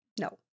No